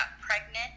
pregnant